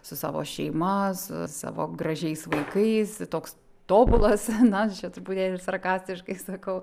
su savo šeima su savo gražiais vaikais toks tobulas na čia truputėlį sarkastiškai sakau